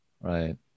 Right